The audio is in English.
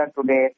today